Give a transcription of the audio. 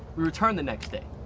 we returned the next day.